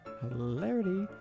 hilarity